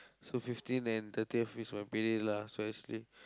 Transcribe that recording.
so fifteen and thirtieth is my pay day lah so actually